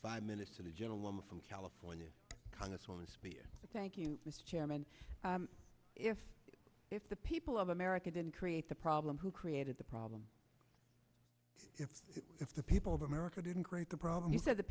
five minutes to the gentlewoman from california congresswoman speaker thank you mr chairman if if the people of america didn't create the problem who created the problem if the people of america didn't create the problem he said the